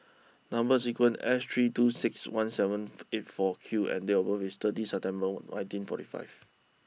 number sequence is S three two six one seven eight four Q and date of birth is thirty September nineteen forty five